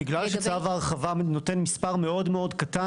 בגלל שצו ההרחבה נותן מספר מאוד מאוד קטן,